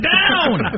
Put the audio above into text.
down